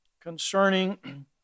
concerning